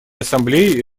ассамблеей